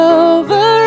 over